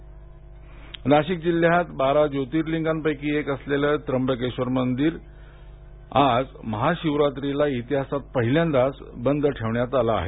त्र्यंबकेश्वर नाशिक जिल्ह्यात बारा ज्योतिर्लिंगांपैकी एक असलेलं त्यंबकेश्वर इथलं मंदिर आज महाशिवरात्रीला इतिहासात पहिल्यांदाच बंद ठेवण्यात आलं आहे